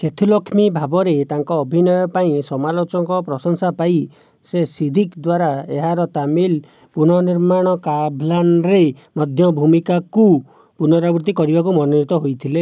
ସେଥୁଲକ୍ଷ୍ମୀ ଭାବରେ ତାଙ୍କ ଅଭିନୟ ପାଇଁ ସମାଲୋଚକଙ୍କ ପ୍ରଶଂସା ପାଇଁ ସେ ସିଦ୍ଦିକ୍ ଦ୍ୱାରା ଏହାର ତାମିଲ୍ ପୁନଃନିର୍ମାଣ କାଭ୍ଲାନ୍ରେ ମଧ୍ୟ ଭୂମିକାକୁ ପୁନରାବୃତ୍ତି କରିବାକୁ ମନୋନୀତ ହୋଇଥିଲେ